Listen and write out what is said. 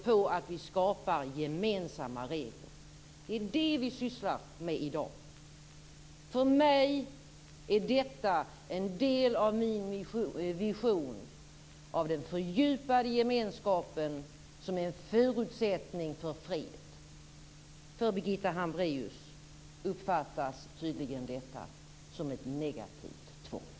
Det har vi sett historiskt. Det är det vi sysslar med i dag. För mig är detta en del av min vision av den fördjupade gemenskapen, vilken är en förutsättning för fred. Av Birgitta Hambraeus uppfattas tydligen detta som ett negativt tvång.